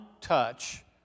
touch